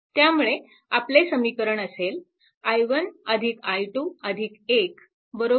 त्यामुळे आपले समीकरण असेल i1 i 2 1 0